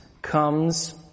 Comes